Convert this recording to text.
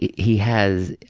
he he has